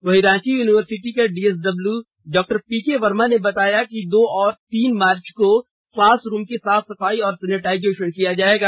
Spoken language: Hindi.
वहीं रांची यूनिवर्सिटी के डीएसडब्ल्यू डॉ पीके वर्मा ने बताया कि दो और तीन मार्च को क्लास रुम की साफ सफाई और सेनेटाइजेशन किया जाएगा